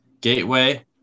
Gateway